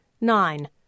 nine